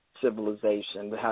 civilization